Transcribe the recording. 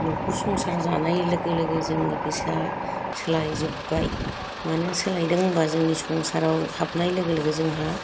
न'खर संसार जानाय लोगो लोगो जोंनि गोसोआ सोलायजोब्बाय मानो सोलायदों होनबा जोंनि संसाराव हाबनाय लोगो लोगो जोंहा